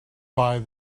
buy